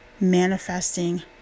manifesting